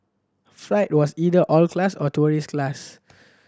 flight was either all class or tourist class